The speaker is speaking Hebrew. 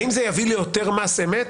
האם זה יביא ליותר מס אמת?